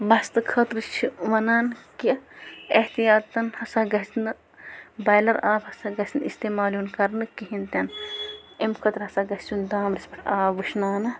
مَستہٕ خٲطرٕ چھِ وَنان کہِ احتِیاطَن ہسا گژھِ نہٕ بایلَر آب ہسا گژھِ نہٕ اِستعمال یُن کَرنہٕ کِہیٖنۍ تہِ نہٕ اَمہِ خٲطرٕ ہسا گَژھِ یُن دانَس پٮ۪ٹھ آب وٕشناونہٕ